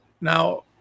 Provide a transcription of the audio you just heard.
Now